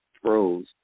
throws